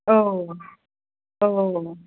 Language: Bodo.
औ औ औ